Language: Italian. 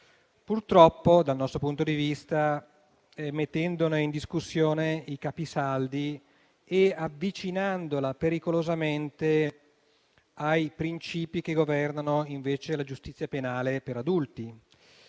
purtroppo, dal nostro punto di vista, mettendone in discussione i capisaldi e avvicinandola pericolosamente ai principi che governano, invece, la giustizia penale per adulti,